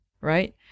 right